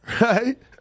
right